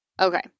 Okay